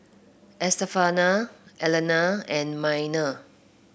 Estefania Elena and Minor